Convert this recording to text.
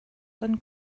kan